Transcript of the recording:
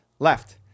Left